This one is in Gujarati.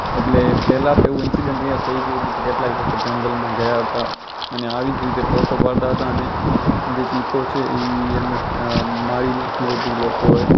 એટલે પહેલાં પણ એવું ઇન્સિડેંટ અહીંયા થઈ ગયું હતું કે કેટલાય લોકો જંગલમાં ગયા હતા અને આવી જ રીતે ફોટો પાડતા હતા અને જે ચીત્તો છે એ એમને મારી નાખ્યા હતા લોકોએ